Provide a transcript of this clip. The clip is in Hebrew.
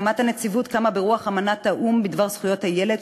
הנציבות קמה ברוח אמנת האו"ם בדבר זכויות הילד,